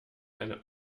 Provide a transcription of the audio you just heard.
eine